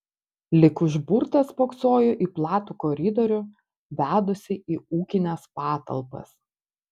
lyg užburtas spoksojo į platų koridorių vedusį į ūkines patalpas